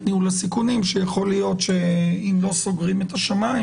ניהול הסיכונים שיכול להיות שאם לא סוגרים את השמים,